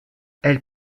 elles